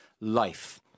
life